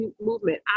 movement